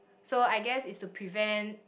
so I guess it's to prevent